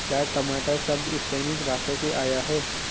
क्या टमाटर शब्द स्पैनिश भाषा से आया है?